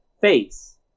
face